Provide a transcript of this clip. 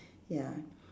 ya